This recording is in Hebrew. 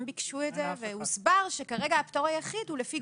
הם ביקשו את זה והוסבר שכרגע הפטור היחיד הוא לפי